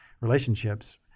relationships